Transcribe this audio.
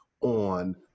on